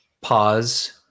Pause